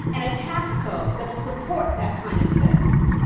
and a tax code that will support that kind of investment.